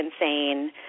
insane